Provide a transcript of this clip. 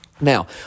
Now